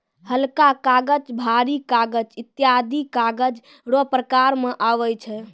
हलका कागज, भारी कागज ईत्यादी कागज रो प्रकार मे आबै छै